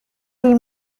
jej